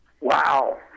Wow